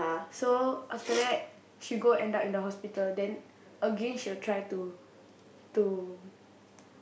so after that she go and died in the hospital then again she will try to to